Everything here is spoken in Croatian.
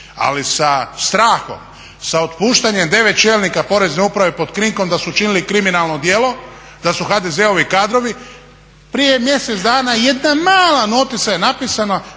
Ali sa strahom, sa otpuštanjem 9 čelnika Porezne uprave pod krinkom da su učinili kriminalno djelo, da su HDZ-ovi kadrovi. Prije mjesec dana jedna mala notica je napisana